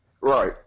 Right